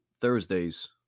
Thursdays